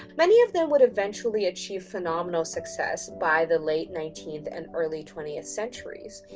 many of them would eventually achieve phenomenal success by the late nineteenth and early twentieth centuries.